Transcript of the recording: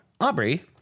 Aubrey